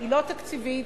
לא תקציבית,